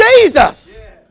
Jesus